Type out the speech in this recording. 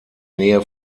nähe